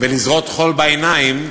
ולזרות חול בעיניים,